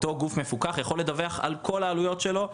אותו גוף מפוקח יכול לדווח על כל העלויות שלו,